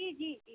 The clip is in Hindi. जी जी जी